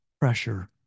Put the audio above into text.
pressure